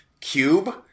Cube